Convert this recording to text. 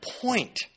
point